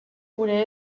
gure